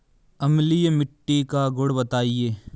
अम्लीय मिट्टी का गुण बताइये